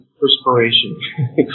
perspiration